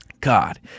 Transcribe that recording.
God